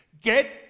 Get